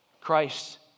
Christ